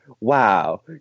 wow